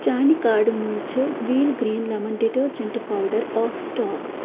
چانہِ کاڑٕ مَنٛز چھِ Wheel green lemon detergent powder off stock